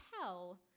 tell